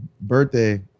birthday